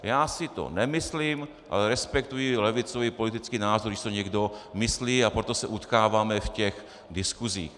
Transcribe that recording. Já si to nemyslím, ale respektuji levicový politický názor, když si to někdo myslí, a proto se utkáváme v těch diskusích.